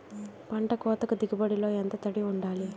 పంట కోతకు దిగుబడి లో ఎంత తడి వుండాలి?